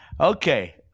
Okay